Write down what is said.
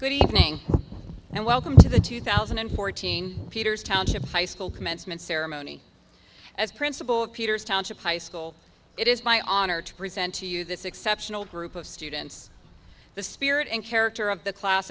good evening and welcome to the two thousand and fourteen peters township high school commencement ceremony as principal of peter's township high school it is my honor to present to you this exceptional group of students the spirit and character of the class